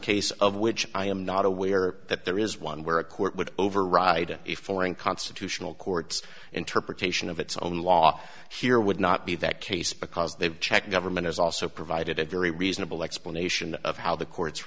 cases of which i am not aware that there is one where a court would override a foreign constitutional court's interpretation of its own law here would not be that case because they've checked government has also provided a very reasonable explanation of how the courts